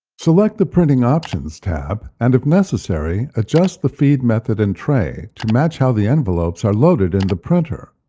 select the printing options tab and, if necessary, adjust the feed method and tray to match how the envelopes are loaded in the printer.